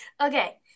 Okay